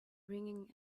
ringing